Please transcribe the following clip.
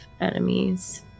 enemies